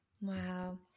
Wow